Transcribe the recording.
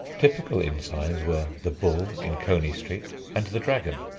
typical inn-signs were the bull in coney street, and the dragon.